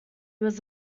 was